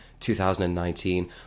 2019